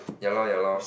ya lor ya lor